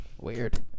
Weird